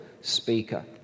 speaker